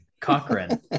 Cochran